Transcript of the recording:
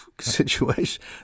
situation